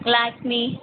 Lakme